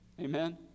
Amen